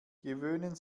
gewöhnen